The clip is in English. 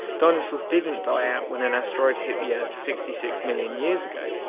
dinosaurs didn't die out when an asteroid hit the earth sixty six million years ago.